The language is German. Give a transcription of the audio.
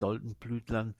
doldenblütlern